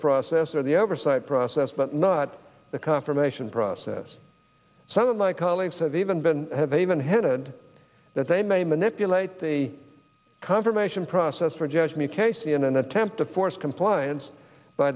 process or the oversight process but not the confirmation process some of my colleagues have even been have even hinted that they may manipulate the confirmation process for judge me case in an attempt to force compliance by